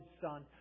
Son